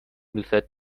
دوستت